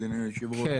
אדוני היושב-ראש,